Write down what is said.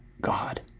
God